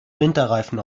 winterreifen